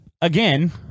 again